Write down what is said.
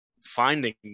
finding